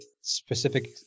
specific